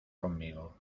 conmigo